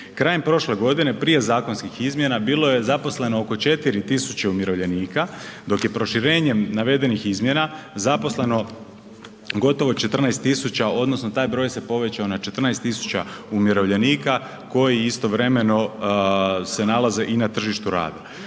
Krajem prošle godine prije zakonskih izmjena bilo je zaposleno oko 4000 umirovljenika dok je proširenjem navedenih izmjena zaposleno gotovo 14000 odnosno taj broj se povećao na 14000 umirovljenika koji se istovremeno nalaze i na tržištu rada.